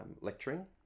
lecturing